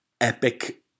epic